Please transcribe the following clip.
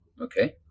Okay